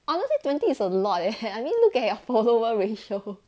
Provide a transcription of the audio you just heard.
I won't say twenty is a lot leh I mean look at your follower ratio